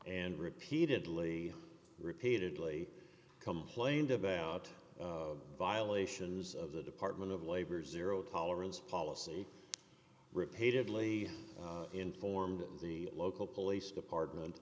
and repeatedly repeatedly complained about violations of the department of labor's zero tolerance policy repeatedly informed the local police department